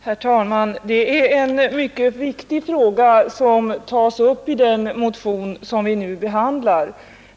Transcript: Herr talman! Det är en mycket viktig fråga som tas upp i den motion som vi nu behandlar.